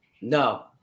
No